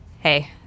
hey